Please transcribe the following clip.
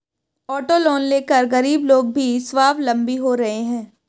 auto loan लेकर गरीब लोग भी स्वावलम्बी हो रहे हैं